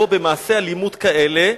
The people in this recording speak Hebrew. במקום "במעשי אלימות כאלה"